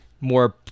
more